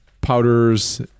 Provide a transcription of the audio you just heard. powders